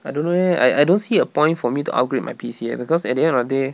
I don't know leh I I don't see a point for me to upgrade my P_C eh because at the end of the day